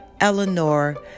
Eleanor